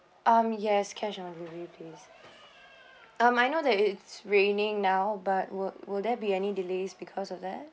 um yes cash on delivery please um I know that it's raining now but will will there be any delays because of that